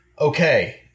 okay